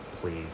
Please